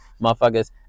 motherfuckers